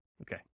Okay